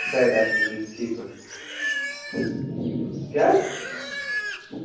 شِکایَت آسہِ نہٕ کیٚنٛہہ ٹھیٖک حظ کیٛاہ